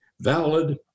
valid